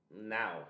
now